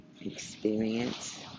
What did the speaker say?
experience